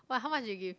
but how much you give